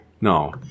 no